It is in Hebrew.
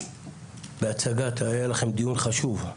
היה לכם דיון חשוב,